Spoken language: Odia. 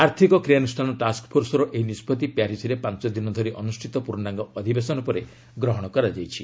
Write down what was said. ଆର୍ଥିକ କ୍ରିୟାନ୍ଷ୍ଠାନ ଟାକୁଫୋର୍ସର ଏହି ନିଷ୍କଭି ପ୍ୟାରିସ୍ରେ ପାଞ୍ଚ ଦିନ ଧରି ଅନ୍ତର୍ଷିତ ପୂର୍ଣ୍ଣାଙ୍ଗ ଅଧିବେଶନ ପରେ ଗ୍ରହଣ କରାଯାଇଛି